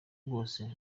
bwose